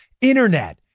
internet